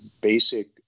basic